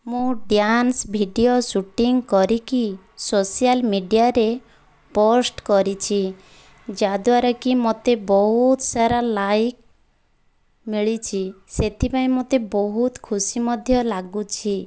ମୁଁ dance video shooting କରିକି social ମିଡ଼ିଆରେ ପୋଷ୍ଟ କରିଛି ଯାହା ଦ୍ୱାରା କି ମୋତେ ବହୁତ ସାରା ଲାଇକ୍ ମିଳିଛି ସେଥିପାଇଁ ମୋତେ ବହୁତ ଖୁସି ମଧ୍ୟ ଲାଗୁଛି